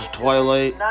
twilight